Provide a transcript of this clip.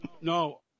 No